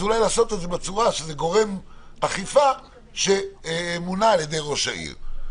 אולי לעשות את זה בצורה שזה גורם אכיפה שמונה על ידי ראש העיר.